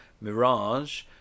Mirage